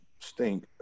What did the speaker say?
stink